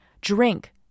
drink